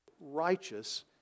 righteous